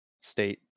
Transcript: state